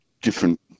different